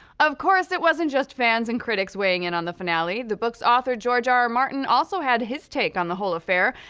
of course, it wasn't just fans and critics weighing in on the finale. the books' author george r r. martin also had his take on the whole affair.